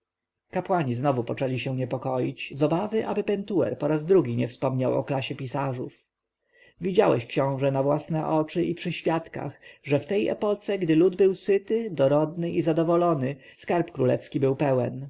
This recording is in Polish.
kapłani znowu zaczęli się niepokoić z obawy aby pentuer po raz drugi nie wspomniał o klasie pisarzów widziałeś książę na własne oczy i przy świadkach że w tej epoce gdy lud był syty dorodny i zadowolony skarb królewski był pełen